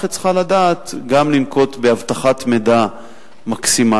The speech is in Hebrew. והמערכת צריכה לדעת גם לנקוט אבטחת מידע מקסימלית,